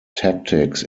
tactics